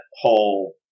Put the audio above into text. whole